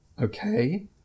Okay